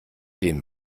den